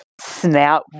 snap